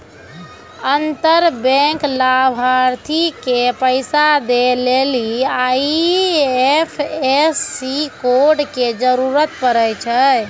अंतर बैंक लाभार्थी के पैसा दै लेली आई.एफ.एस.सी कोड के जरूरत पड़ै छै